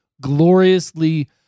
gloriously